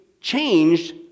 changed